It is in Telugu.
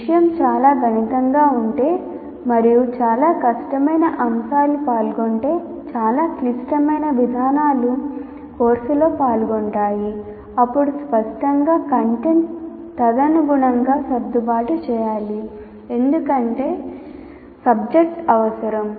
విషయం చాలా గణితంగా ఉంటే మరియు చాలా కష్టమైన అంశాలు పాల్గొంటే లేదా చాలా క్లిష్టమైన విధానాలు కోర్సులో పాల్గొంటాయి అప్పుడు స్పష్టంగా కంటెంట్ తదనుగుణంగా సర్దుబాటు చేయబడాలి ఎందుకంటే విషయం అవసరం